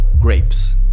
grapes